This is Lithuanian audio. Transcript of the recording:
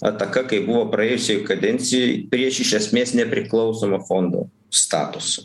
ataka kaip buvo praėjusioj kadencijoj prieš iš esmės nepriklausomą fondo statusą